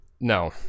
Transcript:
no